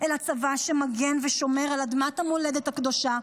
אלא צבא שמגן ושומר על אדמת המולדת הקדושה,